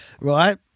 right